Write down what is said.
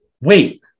wait